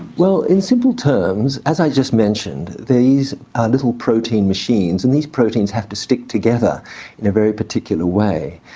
well in simple terms, as i just mentioned, these are little protein machines and these proteins have to stick together in a very particular way.